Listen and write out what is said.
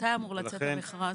מתי אמור לצאת המכרז?